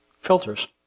Filters